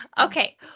Okay